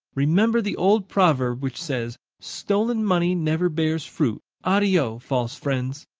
remember the old proverb which says stolen money never bears fruit addio, false friends.